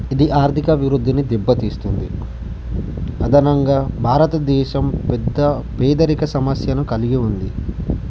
ఇది ఆర్థిక వృద్ధిని దెబ్బతీస్తుంది అదనంగా భారతదేశం పెద్ద పేదరిక సమస్యను కలిగి ఉంది